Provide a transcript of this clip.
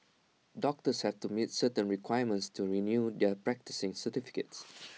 doctors have to meet certain requirements to renew their practising certificates